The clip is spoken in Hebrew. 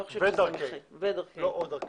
"ודרכי", לא "או דרכי".